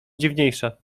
dziwniejsza